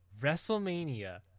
WrestleMania